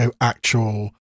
actual